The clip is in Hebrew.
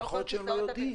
יכול להיות שאנשים לא יודעים.